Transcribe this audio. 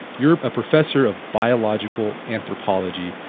you are a professor of biological anthropology.